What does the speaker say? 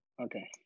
okay